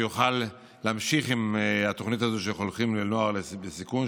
שיוכלו להמשיך עם התוכנית הזאת של חונכים לנוער בסיכון.